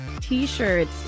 t-shirts